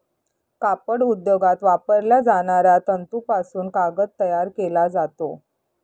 कापड उद्योगात वापरल्या जाणाऱ्या तंतूपासून कागद तयार केला जातो